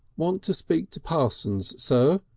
want to speak to parsons, sir,